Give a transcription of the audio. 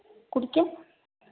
കുടിക്കാൻ